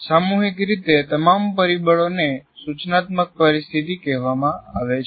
સામૂહિક રીતે તમામ પરિબળોને સૂચનાત્મક પરિસ્થિતિ કહેવામાં આવે છે